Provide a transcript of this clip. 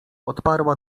odparła